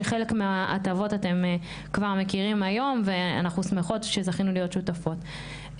שחלק מההטבות אתם כבר מכירים היום ואנחנו שמחות שזכינו להיות שותפות.